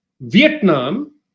Vietnam